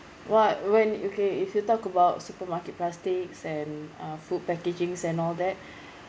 wha~ when okay if you talk about supermarket plastics and uh food packagings and all that